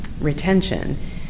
retention